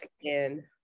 again